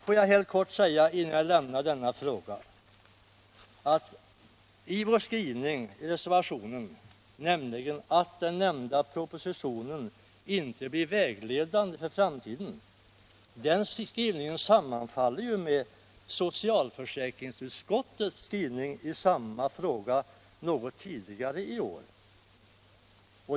Får jag sedan helt kort säga, innan jag lämnar denna fråga, att vår skrivning i reservationen, ”att den nämnda propositionen inte blir vägledande för framtiden”, sammanfaller med socialförsäkringsutskottets skrivning i samma fråga något tidigare i år.